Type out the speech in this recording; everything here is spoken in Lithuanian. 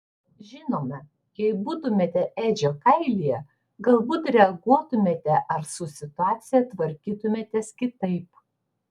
žinoma jei būtumėte edžio kailyje galbūt reaguotumėte ar su situacija tvarkytumėtės kitaip